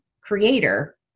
creator